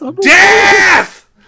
DEATH